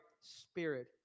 spirit